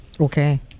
Okay